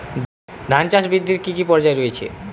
ধান চাষ বৃদ্ধির কী কী পর্যায় রয়েছে?